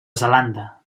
zelanda